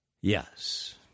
Yes